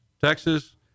Texas